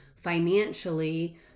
financially